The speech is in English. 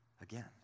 again